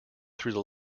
through